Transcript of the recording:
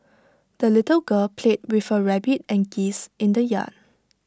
the little girl played with her rabbit and geese in the yard